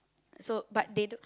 so but they don't